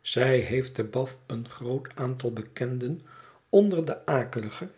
zij heeft te bath een groot aantal bekenden onder de akelige